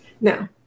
No